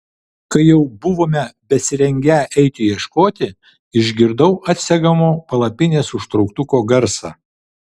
kai jau buvome besirengią eiti ieškoti išgirdau atsegamo palapinės užtrauktuko garsą